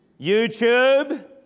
YouTube